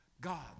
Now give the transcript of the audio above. God